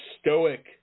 stoic